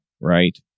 right